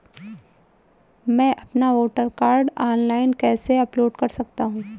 मैं अपना voter card online कैसे अपलोड कर सकता हूँ?